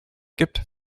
gibt